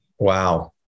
Wow